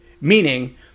meaning